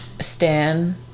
stan